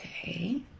Okay